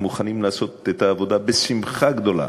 והם מוכנים לעשות את העבודה בשמחה גדולה